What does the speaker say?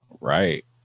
Right